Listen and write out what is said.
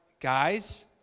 guys